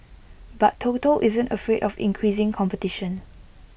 but total isn't afraid of increasing competition